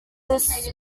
this